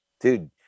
dude